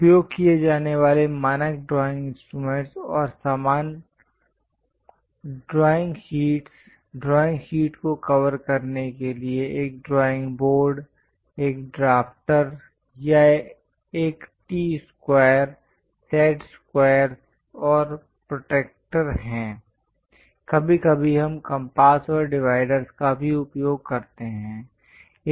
उपयोग किए जाने वाले मानक ड्राइंग इंस्ट्रूमेंट्स और सामान ड्राइंग शीटस् ड्राइंग शीट को कवर करने के लिए एक ड्राइंग बोर्ड एक ड्रॉफ्टर या एक टी स्क्वायर सेट स्क्वायरस् और प्रोट्रैक्टर हैं कभी कभी हम कम्पास और डिवाइडरस् का भी उपयोग करते हैं